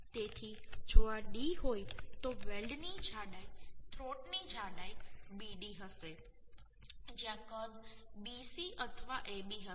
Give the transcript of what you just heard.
તેથી જો આ D હોય તો વેલ્ડની જાડાઈ થ્રોટની જાડાઈ BD હશે જ્યાં કદ BC અથવા AB હશે